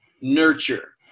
nurture